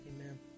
Amen